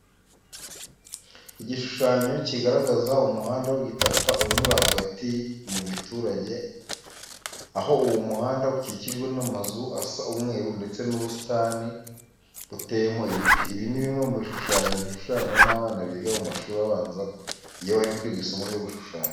Igishushanyo kigaragaza umuhanda w'igitaka unyura hagati mu giturage, aho uwo muhanda ukikijwe n'amazu asa umweru ndetse n'ubusitani biteyemo ibiti. Ibi ni bimwe mu bishushanyo bishushanwa n'abana biga mu mashuri abanza iyo bari kwiga isomo ryo gushushanya.